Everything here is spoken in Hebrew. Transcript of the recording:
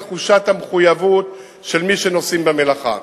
תחושת המחויבות של מי שנושאים במלאכה.